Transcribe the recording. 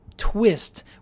twist